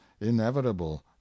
inevitable